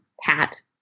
hat